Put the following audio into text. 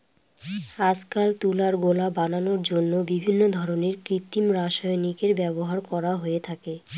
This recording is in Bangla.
আজকাল তুলার গোলা বানানোর জন্য বিভিন্ন ধরনের কৃত্রিম রাসায়নিকের ব্যবহার করা হয়ে থাকে